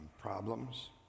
problems